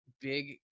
big